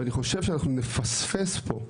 ואני חושב שאנחנו נפספס פה,